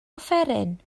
offeryn